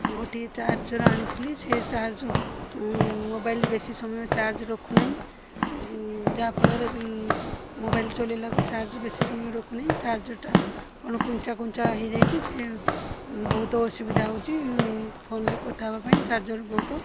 ଗୋଟିଏ ଚାର୍ଜର୍ ଆଣିଥିଲି ସିଏ ଚାର୍ଜ ମୋବାଇଲ୍ ବେଶୀ ସମୟ ଚାର୍ଜ ରଖୁନାହିଁ ଯାହାଫଳରେ ମୋବାଇଲ୍ ଚଲେଇଲାକୁ ଚାର୍ଜ ବେଶୀ ସମୟ ରଖୁ ନାହିଁ ଚାର୍ଜର୍ଟା କଣ କୁଞ୍ଚା କୁଞ୍ଚା ହେଇ ଯାଇଚି ସିଏ ବହୁତ ଅସୁବିଧା ହେଉଛି ଫୋନ୍ରେ କଥା ହେବା ପାଇଁ ଚାର୍ଜର୍ ବହୁତ